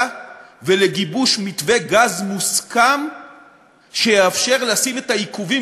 ולגיבוש מתווה גז מוסכם שיאפשר לשים את העיכובים,